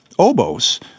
Oboes